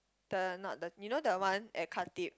the not the you know the one at Khatib